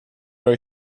row